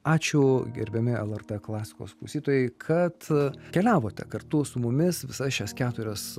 ačiū gerbiami lrt klasikos klausytojai kad keliavote kartu su mumis visas šias keturias